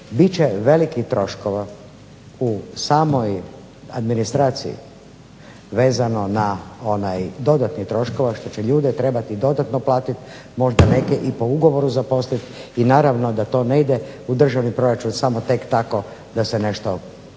Bit će velikih troškova u samoj administraciji vezano na one dodatne troškove što će ljudi trebati dodatno platiti, možda neke i po ugovoru zaposliti i naravno da to ne ide u državni proračun samo tako da se nešto uprihodi